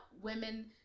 women